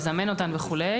יזמן אותן וכו',